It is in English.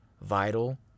vital